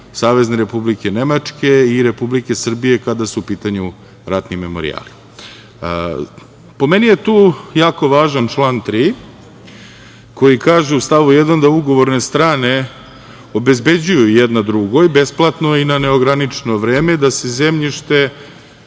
Republike Nemačke i Republike Srbije kada su u pitanju ratni memorijali. Po meni je tu jako važan član 3. koji kaže u stavu 1. – da ugovorne strane obezbeđuju jedna drugoj besplatno i na neograničeno vreme da se zemljište,